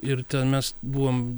ir ten mes buvom